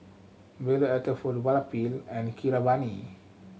Bellur Elattuvalapil and Keeravani